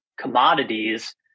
commodities